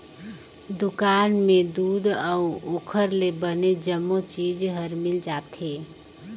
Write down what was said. दुकान में दूद अउ ओखर ले बने जम्मो चीज हर मिल जाथे